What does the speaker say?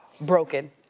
broken